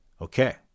Okay